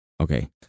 okay